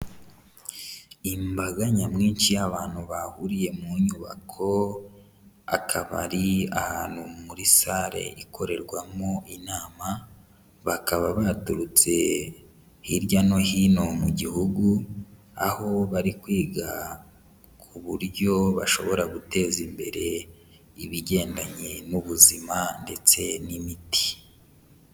Imbaga nyamwinshi y'abantu bahuriye mu nyubako, akaba ari ahantu muri sale ikorerwamo inama bakaba, baturutse hirya no hino mu gihugu, aho bari kwiga ku buryo bashobora guteza imbere ibigendanye n'ubuzima ndetse n'imiti.